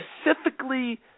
specifically